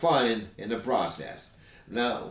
fun in the process no